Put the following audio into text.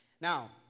Now